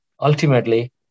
ultimately